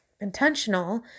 intentional